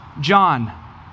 John